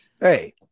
Hey